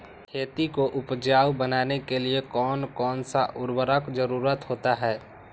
खेती को उपजाऊ बनाने के लिए कौन कौन सा उर्वरक जरुरत होता हैं?